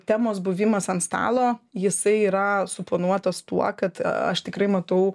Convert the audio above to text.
temos buvimas ant stalo jisai yra suponuotas tuo kad aš tikrai matau